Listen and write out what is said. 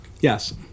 Yes